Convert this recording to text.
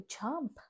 jump